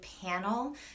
panel